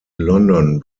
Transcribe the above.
london